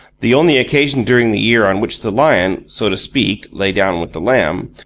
the only occasion during the year on which the lion, so to speak, lay down with the lamb,